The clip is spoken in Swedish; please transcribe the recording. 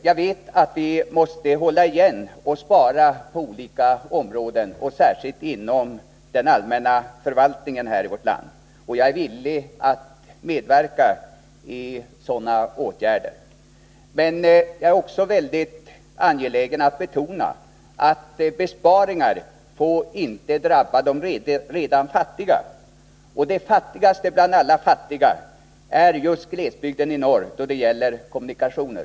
Jag vet att vi måste hålla igen och spara på olika områden, särskilt inom den allmänna förvaltningen i vårt land. Jag är villig att medverka i sådana åtgärder. Men jag är också väldigt angelägen att betona att besparingar inte får drabba de redan fattiga, och de fattigaste bland alla fattiga är just glesbygderna i norr då det gäller kommunikationer.